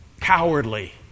cowardly